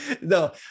No